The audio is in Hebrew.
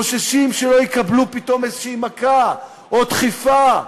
חוששים שיקבלו פתאום איזושהי מכה, או דחיפה,